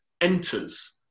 enters